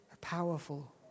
powerful